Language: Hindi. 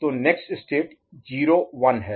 तो नेक्स्ट स्टेट 0 1 है